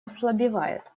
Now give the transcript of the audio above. ослабевает